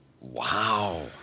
Wow